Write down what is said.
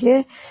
ಗೆ ಸಮಾನವಾಗಿರುವುದು